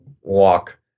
walk